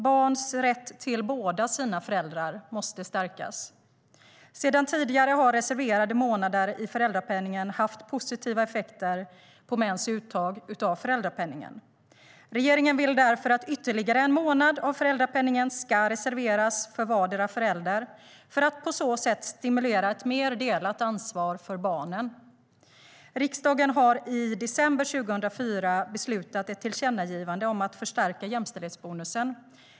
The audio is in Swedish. Barns rätt till båda sina föräldrar måste stärkas. Riksdagen har i december 2014 beslutat om ett tillkännagivande om att förstärka jämställdhetsbonusen.